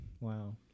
Wow